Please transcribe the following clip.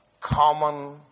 common